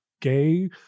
gay